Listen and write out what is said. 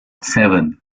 seven